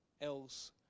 else